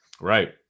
Right